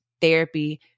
therapy